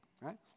right